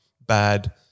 bad